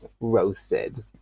roasted